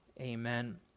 amen